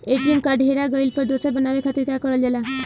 ATM card हेरा गइल पर दोसर बनवावे खातिर का करल जाला?